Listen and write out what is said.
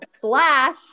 slash